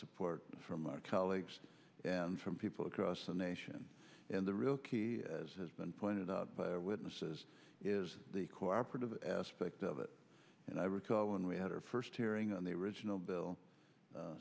support from our colleagues and from people across the nation in the real key as has been pointed out by witnesses is the cooperative aspect of it and i recall when we had our first hearing on the original bill